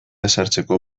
ezartzeko